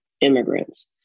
immigrants